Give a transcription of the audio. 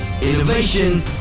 Innovation